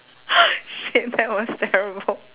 shit that was terrible